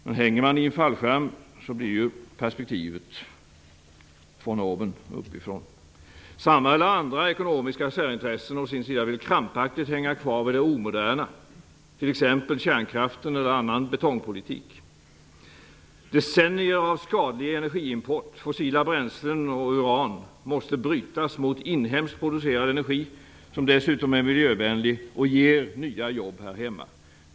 Men hänger man i en fallskärm blir ju perspektivet "von oben", uppifrån. Samma eller andra ekonomiska särintressen vill å sin sida krampaktigt hänga kvar vid det omoderna, t.ex. kärnkraften eller annan betongpolitik. Decennier av skadlig energiimport - fossila bränslen och uran - måste bytas mot inhemskt producerad energi som dessutom är miljövänligt och ger nya jobb här hemma.